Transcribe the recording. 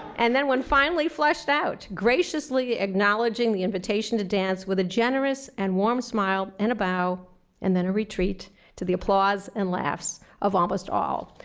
and then when finally fleshed out, graciously acknowledging the invitation to dance with a generous and warm smile and a bow and then a retreat to the applause and laughs of almost all.